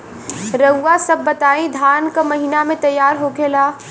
रउआ सभ बताई धान क महीना में तैयार होखेला?